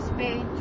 Spain